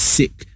sick